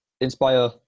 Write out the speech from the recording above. inspire